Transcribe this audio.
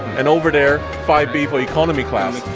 and over there, five b for economy class.